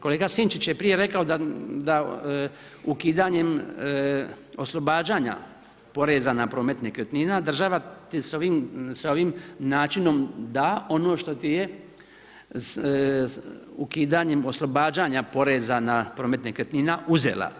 Kolega Sinčić je prije rekao da ukidanjem oslobađanja poreza na promet nekretnina država s ovim načinom da ono što ti je ukidanjem oslobađanja poreza na promet nekretnina uzela.